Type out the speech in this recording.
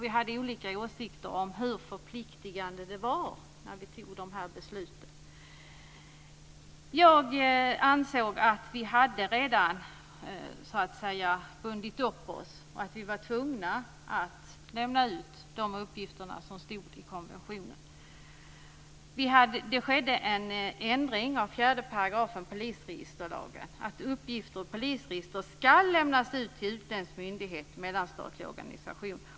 Vi hade olika åsikter om hur förpliktande det var när vi tog de här besluten. Jag ansåg att vi redan hade bundit upp oss och att vi var tvungna att lämna ut uppgifter enligt vad som står i konventionen. Det skedde en ändring av 4 § polisregisterlagen, nämligen att uppgifter ur polisregister skall lämnas ut till en utländsk myndighet och en mellanstatlig organisation.